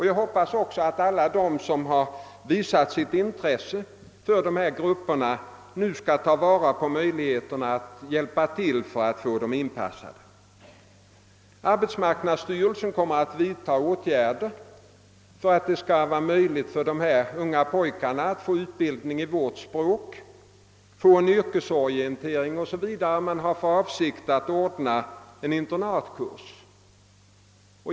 Jag hoppas också att alla de som visat sitt intresse för dessa grupper nu också kommer att ta vara på möjligheterna att hjälpa till för att få dem inpassade i samhället. Arbetsmarknadsstyrelsen kommer att vidta åtgärder för att möjliggöra för dessa unga pojkar att få utbildning i vårt språk, att få en yrkesorientering o. s. v. Därför har man bl.a. för avsikt att ordna en internatkurs.